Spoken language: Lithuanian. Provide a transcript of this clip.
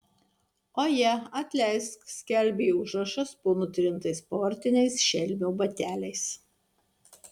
oje atleisk skelbė užrašas po nutrintais sportiniais šelmio bateliais